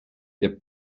der